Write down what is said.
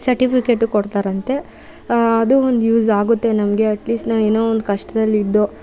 ಸರ್ಟಿಫಿಕೆಟೂ ಕೊಡ್ತಾರಂತೆ ಅದೂ ಒಂದು ಯೂಸ್ ಆಗುತ್ತೆ ನಮಗೆ ಅಟ್ಲೀಸ್ಟ್ ನಾನು ಏನೋ ಒಂದು ಕಷ್ಟದಲ್ಲಿ ಇದ್ದೋ